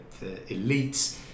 elites